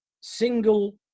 single